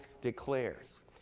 declares